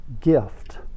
gift